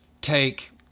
take